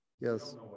Yes